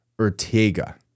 Ortega